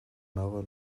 maurer